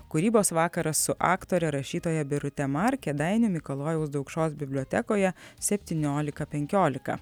kūrybos vakaras su aktore rašytoja birute mar kėdainių mikalojaus daukšos bibliotekoje septyniolika penkiolika